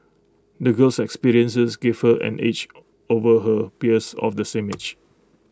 the girl's experiences gave her an edge over her peers of the same age